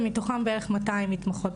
ומתוכן בערך 200 מתמחות.